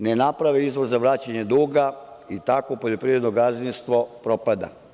Ne naprave izvor za vraćanje duga i tako poljoprivredno gazdinstvo propada.